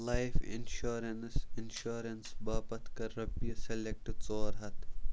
life insurance insurance باپتھ کَر رۄپیہِ سِلٮ۪کٹ ژور ہَتھ